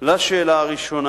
לשאלה הראשונה,